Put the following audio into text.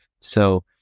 So-